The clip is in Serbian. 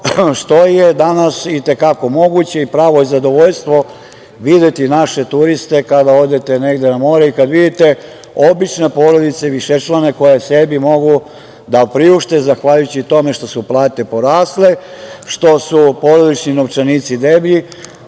što je danas i te kako moguće i pravo je zadovoljstvo videti naše turiste kada odete negde na more i kad vidite obične porodice i višečlane koje sebi mogu da priušte zahvaljujući tome što su plate porasle, što su porodični novčanici deblji. Pravo